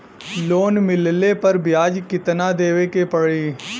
Loan मिलले पर ब्याज कितनादेवे के पड़ी?